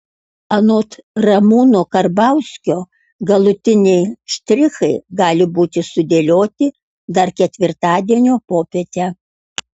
anot ramūno karbauskio galutiniai štrichai gali būti sudėlioti dar ketvirtadienio popietę